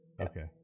Okay